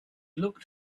looked